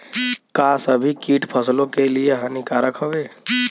का सभी कीट फसलों के लिए हानिकारक हवें?